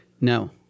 No